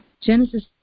Genesis